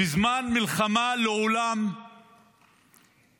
בזמן מלחמה, לעולם הליכוד